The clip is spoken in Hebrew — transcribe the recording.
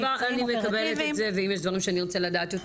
אני מקבלת את זה ואם יש דברים שנרצה לדעת,